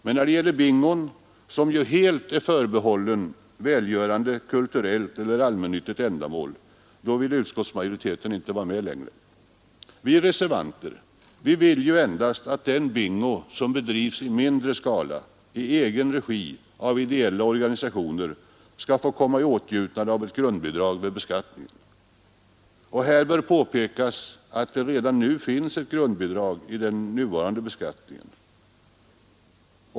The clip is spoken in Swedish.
Men när det gäller bingon — som helt är förbehållen välgörande, kulturellt eller allmännyttigt ändamål — vill utskottsmajoriteten inte vara med längre. Vi reservanter vill endast att den bingo som bedrivs i mindre skala och i egen regi av ideella organisationer skall få komma i åtnjutande av ett grundbidrag vid beskattningen. Här bör påpekas att det finns ett grundbidrag redan i den nuvarande beskattningen.